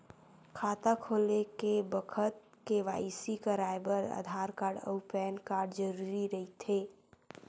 खाता खोले के बखत के.वाइ.सी कराये बर आधार कार्ड अउ पैन कार्ड जरुरी रहिथे